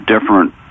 different